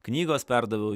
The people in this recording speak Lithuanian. knygos perdaviau